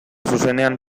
zuzenean